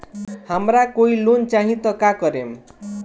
हमरा कोई लोन चाही त का करेम?